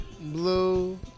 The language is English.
Blue